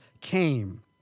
came